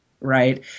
right